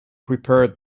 prepared